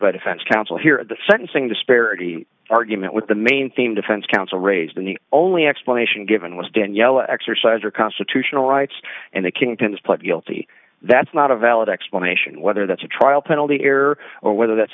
by defense counsel here at the sentencing disparity argument with the main theme defense counsel raised and the only explanation given was danielle exercise or constitutional rights and the kingpins pled guilty that's not a valid explanation whether that's a trial penalty error or whether that's